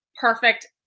perfect